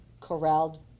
corralled